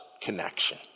connection